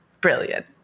brilliant